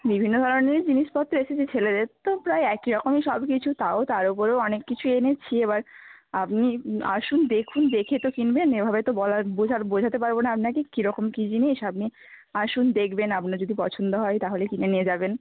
বিভিন্ন ধরনের জিনিসপত্র এসেছে ছেলেদের তো প্রায় একই রকমই সব কিছু তাও তার উপরেও অনেক কিছু এনেছি এবার আপনি আসুন দেখুন দেখে তো কিনবেন এভাবে তো বলা বোঝার বোঝাতে পারব না আপনাকে কীরকম কী জিনিস আপনি আসুন দেখবেন আপনার যদি পছন্দ হয় তাহলে কিনে নিয়ে যাবেন